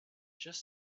just